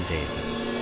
Davis